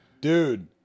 dude